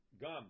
Gum